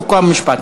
חוק ומשפט,